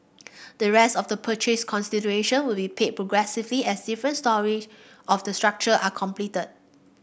the rest of the purchase consideration will be paid progressively as different storeys of the structure are completed